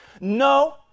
No